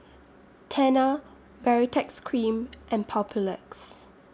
Tena Baritex Cream and Papulex